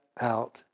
out